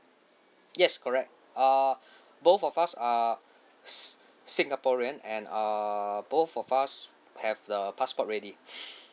yes correct err both of us are si~ singaporean and uh both of us have the passport ready